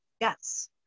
Yes